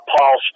Paul